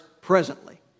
presently